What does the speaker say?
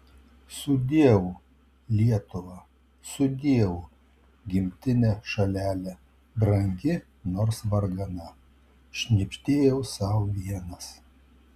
sudieu lietuva sudieu gimtine šalele brangi nors vargana šnibždėjau sau vienas